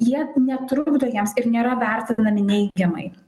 jie netrukdo jiems ir nėra vertinami neigiamai